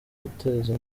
guteza